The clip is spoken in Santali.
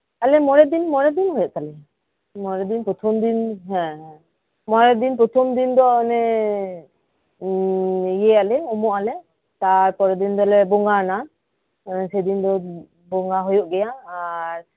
ᱟᱞᱮ ᱢᱚᱲᱮᱫᱤᱱ ᱢᱚᱲᱮᱫᱤᱱ ᱦᱩᱭᱩᱜ ᱛᱟᱞᱮᱭᱟ ᱢᱚᱲᱮᱫᱤᱱ ᱯᱚᱛᱷᱚᱢ ᱫᱤᱱ ᱦᱮᱸ ᱦᱮᱸ ᱢᱚᱲᱮᱫᱤᱱ ᱯᱚᱛᱷᱚᱢ ᱫᱤᱱᱫᱚ ᱚᱱᱮ ᱩᱢᱩᱜ ᱟᱞᱮ ᱛᱟᱨᱯᱚᱨᱮᱨ ᱫᱤᱱ ᱫᱚᱞᱮ ᱵᱚᱸᱜᱟᱱᱟ ᱥᱮᱫᱤᱱ ᱫᱚ ᱵᱚᱸᱜᱟ ᱦᱩᱭᱩᱜ ᱜᱮᱭᱟ ᱟᱨ